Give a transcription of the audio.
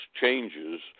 changes